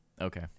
Okay